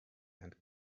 and